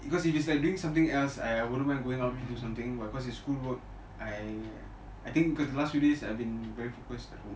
because if it's like doing something else I wouldn't mind going out to do something because it's schoolwork I I think because the last few days I have been very focused